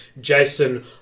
Jason